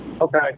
Okay